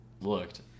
looked